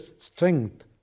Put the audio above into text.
strength